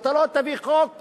אתה לא תביא חוק שיגיד: